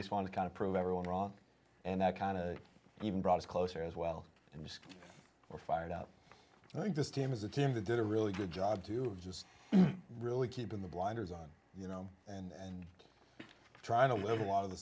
respond to kind of prove everyone wrong and that kind of even brought us closer as well and just were fired up and i think this team is a team that did a really good job too of just really keeping the blinders on you know and trying to live a lot of the